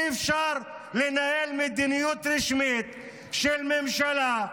אי-אפשר לנהל מדיניות רשמית של ממשלה,